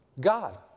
God